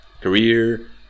career